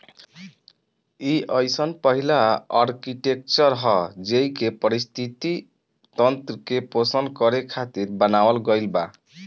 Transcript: इ अइसन पहिला आर्कीटेक्चर ह जेइके पारिस्थिति तंत्र के पोषण करे खातिर बनावल गईल बा